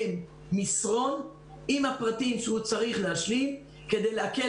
כדי להקל